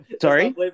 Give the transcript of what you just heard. Sorry